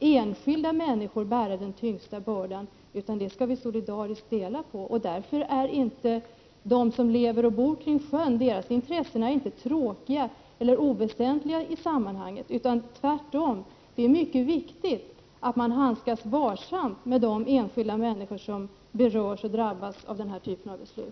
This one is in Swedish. enskilda människor inte skall bära den tyngsta bördan, utan alla skall solidariskt dela på dem. Därför är inte intressena hos dem som lever och bor kring sjön tråkiga eller oväsentliga i sammanhanget. Det är tvärtom mycket viktigt att man handskas varsamt med de enskilda människor som berörs och drabbas av denna typ av beslut.